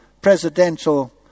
presidential